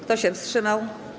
Kto się wstrzymał?